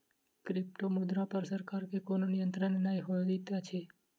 क्रिप्टोमुद्रा पर सरकार के कोनो नियंत्रण नै होइत छै